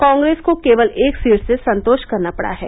कॉप्रेस को केवल एक सीट से संतोष करना पड़ा है